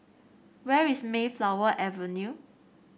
where is Mayflower Avenue